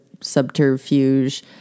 subterfuge